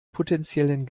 potenziellen